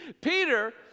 Peter